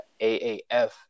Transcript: AAF